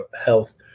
health